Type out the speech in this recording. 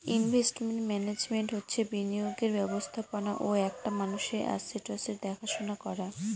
investment management হচ্ছে বিনিয়োগের ব্যবস্থাপনা ও একটা মানুষের আসেটসের দেখাশোনা করা